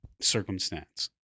circumstance